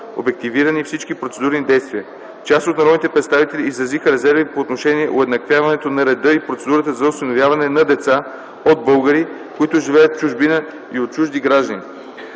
обективирани всички процедурни действия. Част от народните представители изразиха резерви по отношение уеднаквяването на реда и процедурата за осиновяването на деца от българи, които живеят в чужбина и от чужди граждани.